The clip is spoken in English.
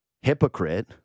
hypocrite